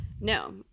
no